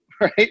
right